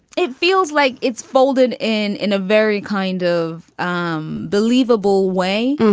it feels like it's folded in in a very kind of um believable way.